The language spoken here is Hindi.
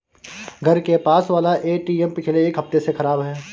घर के पास वाला एटीएम पिछले एक हफ्ते से खराब है